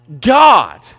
God